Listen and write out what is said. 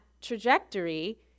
trajectory